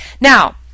Now